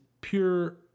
pure